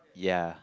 ya